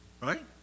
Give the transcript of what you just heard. right